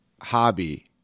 hobby